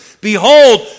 Behold